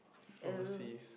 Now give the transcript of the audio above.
oh